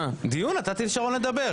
דיון, נתתי לשרון לדבר.